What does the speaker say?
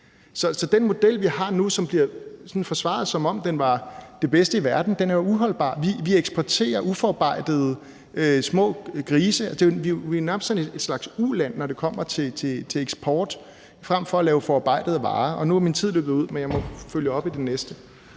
Så den model, vi har nu, og som bliver forsvaret, som om den var det bedste i verden, er jo uholdbar. Vi eksporterer uforarbejdede små grise – vi er jo nærmest et uland, når det kommer til eksport – frem for at lave forarbejdede varer. Nu er min tid løbet ud, men jeg må følge op på det i